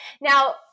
Now